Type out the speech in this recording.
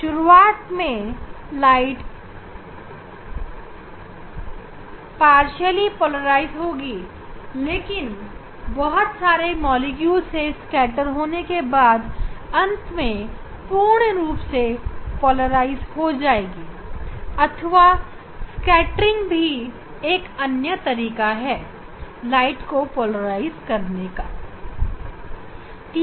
शुरू में प्रकाश पार्शियली पोलराइज होगा लेकिन बहुत सारे मॉलिक्यूल से स्कैटर होने के बाद अंत में पूर्ण रूप से पोलराइज हो जाएगी अथवा स्कैटरिंग भी प्रकाश को पोलराइज करने का एक अन्य तरीका है